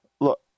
look